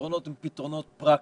הפתרונות הם פתרונות פרקטיים.